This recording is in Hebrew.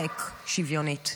עלק שוויונית.